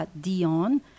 Dion